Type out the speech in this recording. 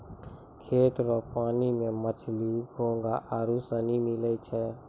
खेत रो पानी मे मछली, घोंघा आरु सनी मिलै छै